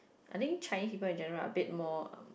I think Chinese people in general are a bit more um